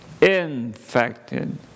infected